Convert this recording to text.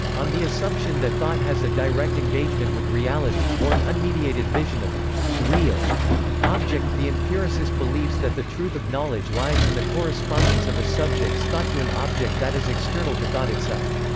on the assumption that thought has a direct engagement with reality, or an unmediated vision of a real object, the empiricist believes that the truth of knowledge lies in the correspondence of a subject's thought to an object that is external to thought itself.